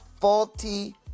faulty